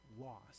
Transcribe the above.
loss